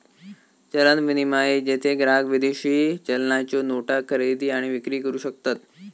चलन विनिमय, जेथे ग्राहक विदेशी चलनाच्यो नोटा खरेदी आणि विक्री करू शकतत